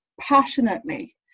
passionately